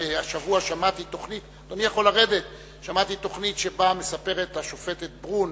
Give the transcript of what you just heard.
שהשבוע שמעתי תוכנית שבה מספרת השופטת ברון,